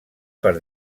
per